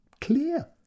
clear